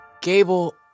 Gable